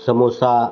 samosa